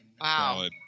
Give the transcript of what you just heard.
Wow